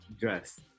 Dress